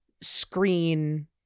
screen